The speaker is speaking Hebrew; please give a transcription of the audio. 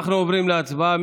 אנחנו עוברים להצבעה.